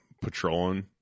patrolling